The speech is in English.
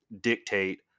dictate